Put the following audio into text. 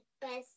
best